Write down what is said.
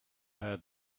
her